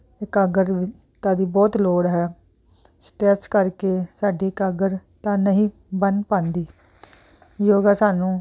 ਇਕਾਗਰਤਾ ਦੀ ਬਹੁਤ ਲੋੜ ਹੈ ਸਟਰੈਸ ਕਰਕੇ ਸਾਡੀ ਇਕਾਗਰਤਾ ਨਹੀਂ ਬਣ ਪਾਂਦੀ ਯੋਗਾ ਸਾਨੂੰ